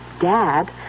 Dad